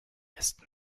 ist